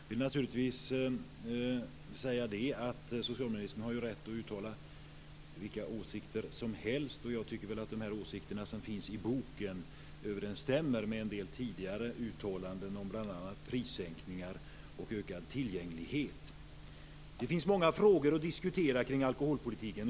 Fru talman! Socialministern tog upp den här boken. Socialministern har ju rätt att uttala vilka åsikter som helst, och jag tycker väl att de åsikter som finns i boken överensstämmer med en del tidigare uttalanden om bl.a. prissänkningar och ökad tillgänglighet. Det finns många frågor att diskutera omkring alkholpolitiken.